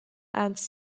ernst